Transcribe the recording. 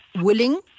willing